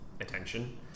attention